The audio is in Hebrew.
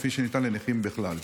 כפי שניתן לנכים בכלל.